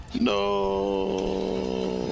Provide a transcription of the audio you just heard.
No